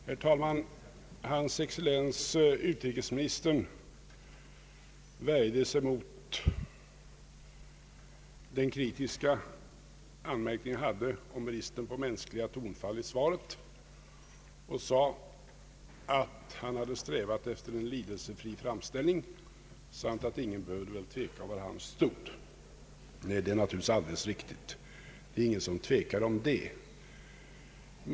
Herr talman! Hans excellens utrikesministern värjde sig emot den kritiska anmärkning som jag gjorde om bristen på mänskliga tonfall i svaret och framhöll att han hade strävat efter en lidelsefri framställning samt att ingen väl behövde tveka om var han stod. Det är naturligtvis alldeles riktigt. Ingen tvekar om det.